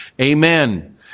Amen